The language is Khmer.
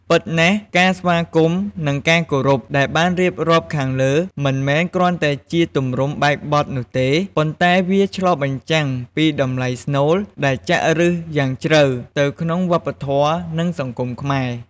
ពិតណាស់ ការស្វាគមន៍ និងការគោរព ដែលបានរៀបរាប់ខាងលើមិនមែនគ្រាន់តែជា ទម្រង់បែបបទនោះទេ ប៉ុន្តែវាឆ្លុះបញ្ចាំងពីតម្លៃស្នូលដែលចាក់ឫសយ៉ាងជ្រៅទៅក្នុងវប្បធម៌ និងសង្គមខ្មែរ។